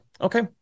Okay